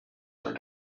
are